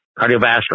cardiovascular